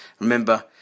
Remember